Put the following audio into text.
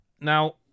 Now